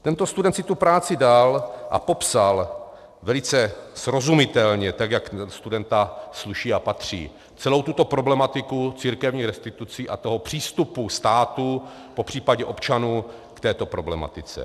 Tento student si tu práci dal a popsal velice srozumitelně, tak jak se na studenta sluší a patří, celou tuto problematiku církevních restitucí a přístupu státu, popř. občanů k této problematice.